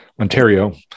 Ontario